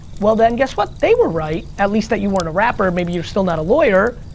well then, guess what, they were right, at least that you weren't a rapper, maybe you're still not a lawyer,